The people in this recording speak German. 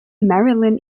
marilyn